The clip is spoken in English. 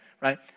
right